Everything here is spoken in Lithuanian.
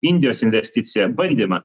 indijos investicija bandymą